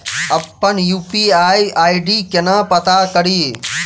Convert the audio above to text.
अप्पन UPI ID केना पत्ता कड़ी?